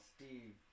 Steve